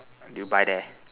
do you buy there